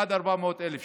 עד 400,000 שקלים.